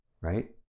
right